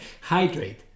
hydrate